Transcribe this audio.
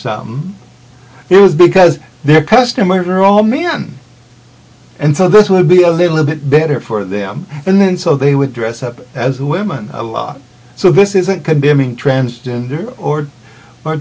so it was because their customers were all men and so this would be a little bit better for them and then so they would dress up as women so this isn't condemning transgender or